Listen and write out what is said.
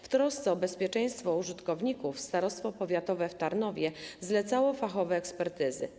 W trosce o bezpieczeństwo użytkowników starostwo powiatowe w Tarnowie zlecało fachowe ekspertyzy.